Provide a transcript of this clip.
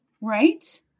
Right